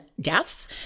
deaths